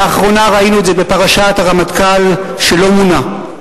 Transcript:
לאחרונה ראינו את זה בפרשת הרמטכ"ל שלא מונה.